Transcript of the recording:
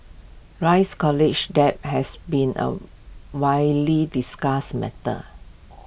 rise college debt has been A widely discussed matter